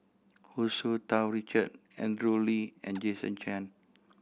Hu Tsu Tau Richard Andrew Lee and Jason Chan